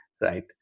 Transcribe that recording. right